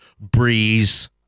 Breeze